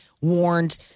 warned